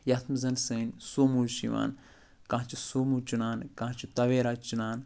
یَتھ منٛز سٲنۍ سوموٗ چھِ یِوان کانٛہہ چھِ سوموٗ چُنان کانٛہہ چھِ تَویرا چُنان